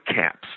caps